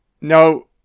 No